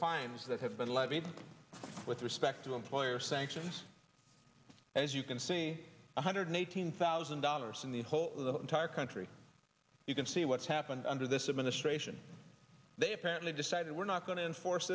fines that have been levied with respect to employer sanctions and as you can see one hundred eighteen thousand dollars in the whole entire country you can see what's happened under this administration they apparently decided we're not going to enforce